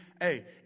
Hey